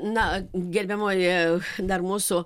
na gerbiamoji dar mūsų